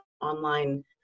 online